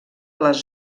les